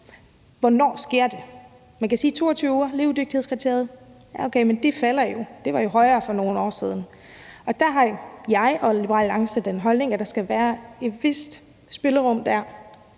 er 22 uger, altså der, hvor levedygtighedskriteriet ligger – ja, okay, men det falder jo. Det var jo højere for nogle år siden, og der har jeg og Liberal Alliance den holdning, at der skal være et vist spillerum der,